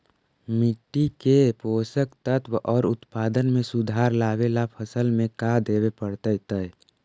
मिट्टी के पोषक तत्त्व और उत्पादन में सुधार लावे ला फसल में का देबे पड़तै तै?